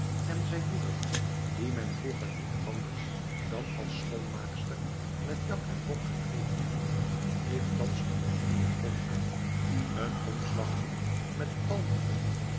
en zijn moeder die men vroeger niet anders dan als schoonmaakster met jak en rok gekleed kende heeft thans een groene japon aan een omslagdoek met palmen om